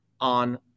on